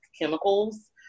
chemicals